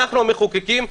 אנחנו המחוקקים,